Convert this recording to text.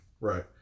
right